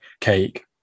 cake